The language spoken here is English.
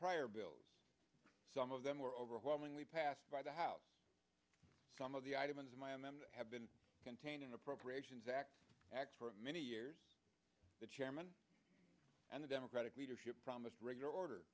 prior bills some of them were overwhelmingly passed by the house some of the items in my m m have been contained in appropriations act x for many years the chairman and the democratic leadership promised regular order